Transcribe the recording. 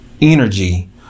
energy